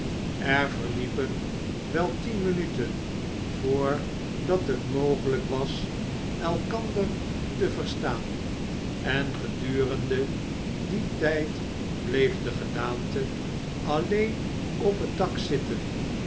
er verliepen wel tien minuten voordat het mogelijk was elkander te verstaan en gedurende dien tijd bleef de gedaante alleen op het dak zitten